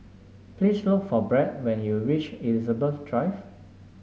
please look for Brett when you reach Elizabeth Drive